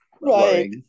right